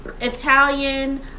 italian